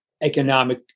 economic